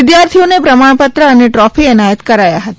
વિધાર્થીઓને પ્રમાણપત્ર અને ટ્રોફી એનાયત કરાયા હતા